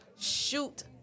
shoot